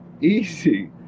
easy